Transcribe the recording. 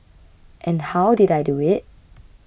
and how did I do it